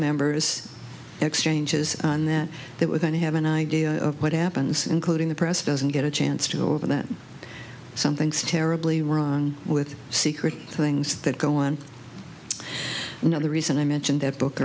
members exchanges that they were going to have an idea of what happens including the press doesn't get a chance to go over that something's terribly wrong with secret things that go on you know the reason i mentioned that book